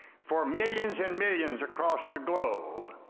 for millions and millions across the globe,